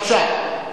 בבקשה.